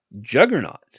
Juggernaut